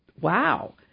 Wow